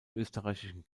österreichischen